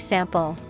Sample